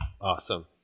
Awesome